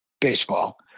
baseball